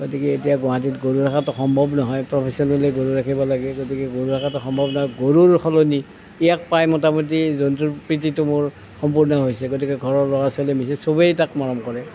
গতিকে এতিয়া গুৱাহাটীত গৰু ৰখাটো সম্ভৱ নহয় প্ৰফেচনেলী গৰু ৰাখিব লাগে গতিকে গৰু ৰখাটো সম্ভৱ নহয় গৰুৰ সলনি ইয়াক পায় মোটামুটি জন্তুৰ প্ৰীতিটো মোৰ সম্পূৰ্ণ হৈছে গতিকে গতিকে ঘৰৰ ল'ৰা ছোৱালী মিলি চবেই তাক মৰম কৰে